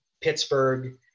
Pittsburgh